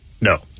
No